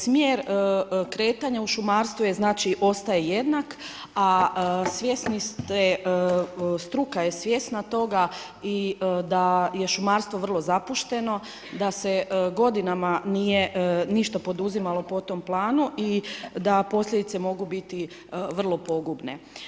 Smjer kretanja u šumarstvu je znači, ostaje jednak, a svjesni ste, struka je svjesna toga da je šumarstvo vrlo zapušteno, da se godinama nije ništa poduzimalo po tom planu i da posljedice mogu biti vrlo pogubne.